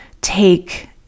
take